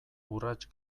urrats